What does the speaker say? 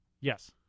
Yes